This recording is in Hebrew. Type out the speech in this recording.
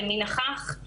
למי נכח,